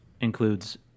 includes